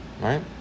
Right